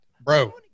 bro